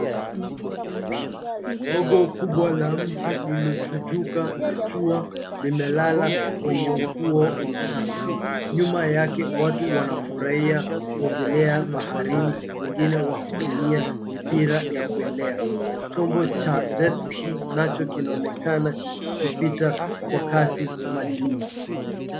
Gogo kubwa la mti lililochujuka na jua limelala kwenye ufuo wa mchanga. Nyuma yake watu wanafurahia kuogelea baharini wengine wakitumia mipira ya kuelea. Chombo cha jetski nacho kinaonekana kikipita kwa kasi majini.